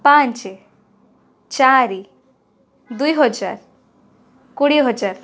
ପାଞ୍ଚେ ଚାରି ଦୁଇହାଜର କୋଡ଼ିଏହଜାର